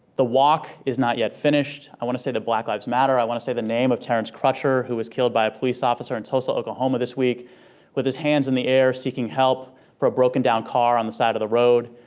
the walk is not yet finished. i want to say that black lives matter. i want to say the name of terence crutcher who was killed by a police officer in tulsa, oklahoma this week with his hands in the air seeking help for a broken down car on the side of the road.